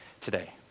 today